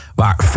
waar